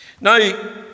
Now